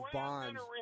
bonds